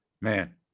man